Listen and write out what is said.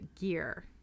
gear